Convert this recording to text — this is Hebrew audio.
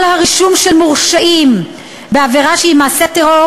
על הרישום של מורשעים בעבירה שהיא מעשה טרור